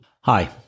Hi